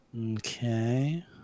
Okay